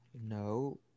No